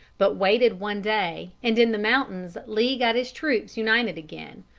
but waited one day and in the mountains lee got his troops united again,